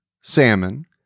Salmon